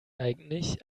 eigentlich